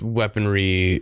weaponry